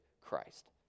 Christ